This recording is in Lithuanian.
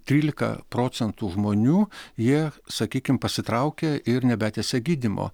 trylika procentų žmonių jie sakykim pasitraukia ir nebetęsia gydymo